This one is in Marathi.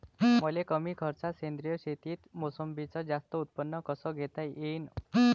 मले कमी खर्चात सेंद्रीय शेतीत मोसंबीचं जास्त उत्पन्न कस घेता येईन?